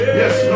yes